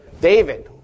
David